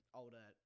older